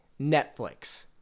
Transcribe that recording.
Netflix